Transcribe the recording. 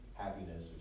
happiness